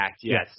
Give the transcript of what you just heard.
Yes